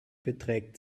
beträgt